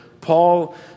Paul